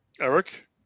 Eric